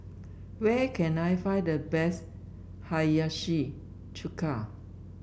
where can I find the best Hiyashi Chuka